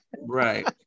Right